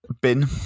Bin